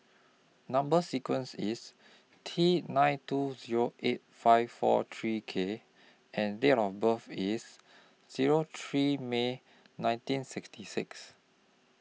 Number sequence IS T nine two Zero eight five four three K and Date of birth IS Zero three May nineteen sixty six